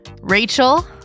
Rachel